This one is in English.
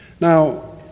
Now